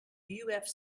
ufc